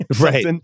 Right